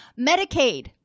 Medicaid